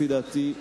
לפי דעתי,